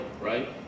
right